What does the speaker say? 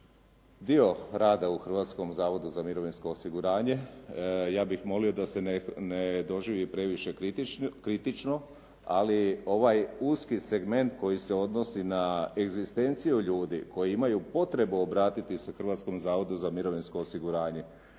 dio rada u Hrvatskom zavodu za mirovinsko osiguranje. Ja bih molio da se ne doživi previše kritično, ali ovaj uski segment koji se odnosi na egzistenciju ljudi koji imaju potrebu obratiti se Hrvatskom zavodu za mirovinsko osiguranje,